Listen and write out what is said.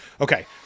okay